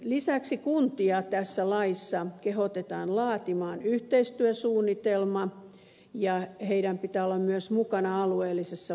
lisäksi tässä laissa kuntia kehotetaan laatimaan yhteistyösuunnitelma ja niiden pitää olla myös mukana alueellisessa valmiussuunnitelmassa